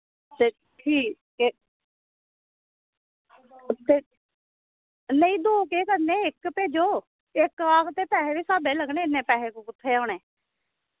ते ठीक ते नेईं दौ केह् करने इक्क भेजो इक्क आक्खगे ते पैसे बी स्हाबै दे होने इन्ने कुत्थां होने